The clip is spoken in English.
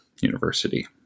University